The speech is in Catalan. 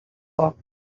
foc